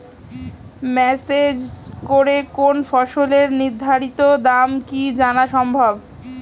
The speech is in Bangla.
মেসেজ করে কোন ফসলের নির্ধারিত দাম কি জানা সম্ভব?